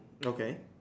okay